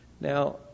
Now